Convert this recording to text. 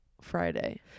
Friday